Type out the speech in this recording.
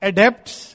Adapts